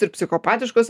ir psichopatiškos